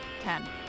Ten